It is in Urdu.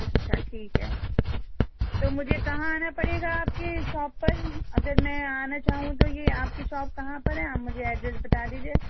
اچھا ٹھیک ہے تو مجھے کہاں آنا پڑے گا آپ کے شاپ پر اگر میں آنا چاہوں تو یہ آپ کی شاپ کہاں پر ہے آپ مجھے ایڈریس بتا دیجیے